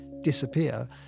disappear